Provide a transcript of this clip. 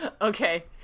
Okay